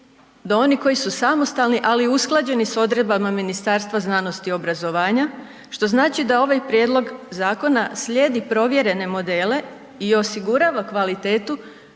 do onih koji su samostalni ali usklađeni i s odredbama Ministarstva znanosti i obrazovanja, što znači da ovaj prijedlog zakona slijedi provjerene modele i osigurava kvalitetu